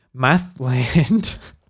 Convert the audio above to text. Mathland